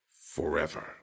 forever